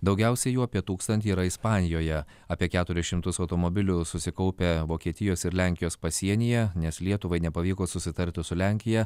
daugiausiai jų apie tūkstantį yra ispanijoje apie keturis šimtus automobilių susikaupę vokietijos ir lenkijos pasienyje nes lietuvai nepavyko susitarti su lenkija